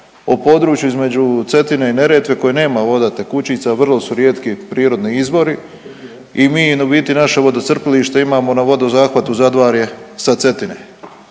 o području između Cetine i Neretve koje nema voda tekućica, vrlo su rijetki prirodni izvori i mi u biti naše vodocrpilište imamo na vodozahvatu Zadvarje sa Cetine